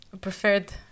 preferred